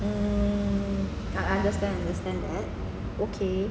mm I understand understand that okay